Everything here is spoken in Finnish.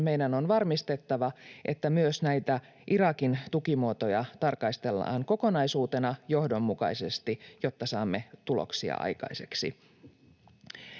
Meidän on varmistettava, että myös näitä Irakin tukimuotoja tarkastellaan kokonaisuutena johdonmukaisesti, jotta saamme tuloksia aikaiseksi.